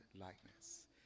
likeness